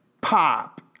pop